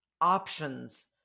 options